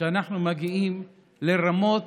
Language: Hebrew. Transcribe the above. שאנחנו מגיעים לרמות